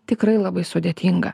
tikrai labai sudėtinga